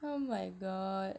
oh my god